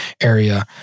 area